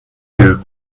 you